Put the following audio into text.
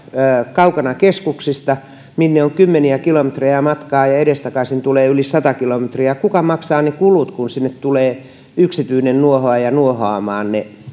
kaukana keskuksista minne on kymmeniä kilometrejä matkaa ja edestakaisin tulee yli sata kilometriä kuka maksaa ne kulut kun sinne tulee yksityinen nuohooja nuohoamaan ne